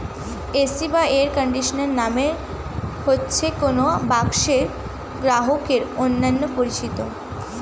AC বা account number মানে হচ্ছে কোন ব্যাংকের গ্রাহকের অন্যান্য পরিচিতি